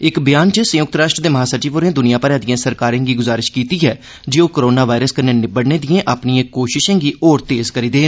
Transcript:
इक बयान च संयुक्त राष्ट्र दे महासचिव होरें दुनिया भरै दिए सरकारें गी गुजारिश कीती जे ओह् कोरोना वायरस कन्नै निब्बड़ने दिएं अपनिएं कोशशें गी होर तेज करी देन